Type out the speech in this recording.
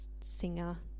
singer